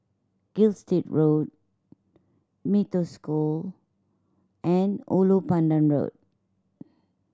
Gilstead Road Mee Toh School and Ulu Pandan Road